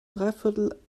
dreiviertel